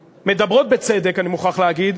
בצדק, אני מוכרח להגיד,